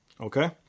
Okay